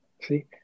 See